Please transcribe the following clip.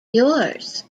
yours